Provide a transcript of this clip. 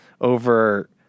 over